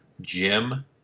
Jim